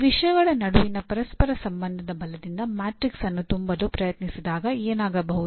ಈ ವಿಷಯಗಳ ನಡುವಿನ ಪರಸ್ಪರ ಸಂಬಂಧದ ಬಲದಿಂದ ಮ್ಯಾಟ್ರಿಕ್ಸ್ ಅನ್ನು ತುಂಬಲು ಪ್ರಯತ್ನಿಸಿದಾಗ ಏನಾಗಬಹುದು